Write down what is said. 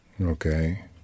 Okay